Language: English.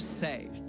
saved